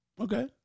Okay